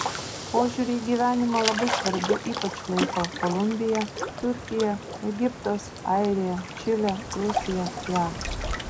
požiūrį į gyvenimą labai svarbiu ypač laiko kolumbija turkija egiptas airija čilė rusija jav